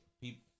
people